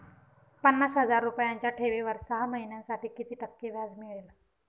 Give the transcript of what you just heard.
पन्नास हजार रुपयांच्या ठेवीवर सहा महिन्यांसाठी किती टक्के व्याज मिळेल?